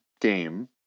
game